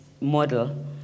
model